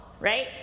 right